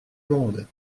monde